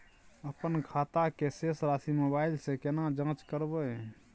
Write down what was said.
अपन खाता के शेस राशि मोबाइल से केना जाँच करबै?